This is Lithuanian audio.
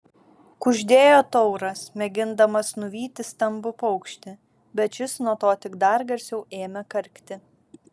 kuždėjo tauras mėgindamas nuvyti stambų paukštį bet šis nuo to tik dar garsiau ėmė karkti